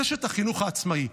רשת החינוך העצמאי.